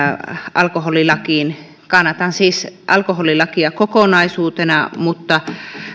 alkoholilakiin kannatan siis alkoholilakia kokonaisuutena mutta